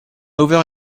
ouvert